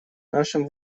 нашим